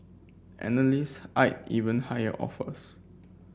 analyst eyed even higher offers